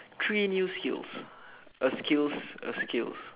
three new skills a skills a skills